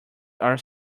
are